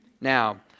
Now